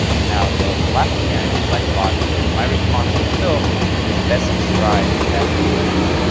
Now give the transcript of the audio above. and now, the the last one here, i actually like a lot, which is, my response to the film is best described as lukewarm.